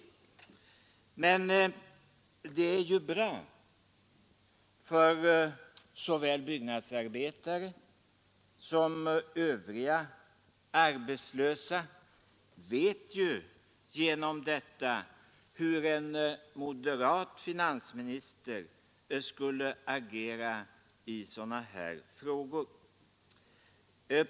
Men det är ju bra; såväl byggnadsarbetare som övriga arbetslösa får genom detta veta hur en moderat finansminister skulle agera i sådana här frågor.